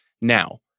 Now